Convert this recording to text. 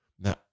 Now